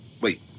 Wait